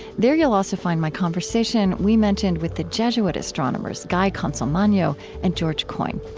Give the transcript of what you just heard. there you'll also find my conversation we mentioned with the jesuit astronomers guy consolmagno and george coyne.